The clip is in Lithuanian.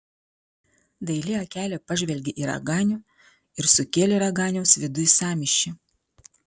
daili akelė pažvelgė į raganių ir sukėlė raganiaus viduj sąmyšį